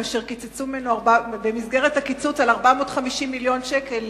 כאשר קיצצו ממנו במסגרת הקיצוץ 450 מיליון שקל,